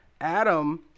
Adam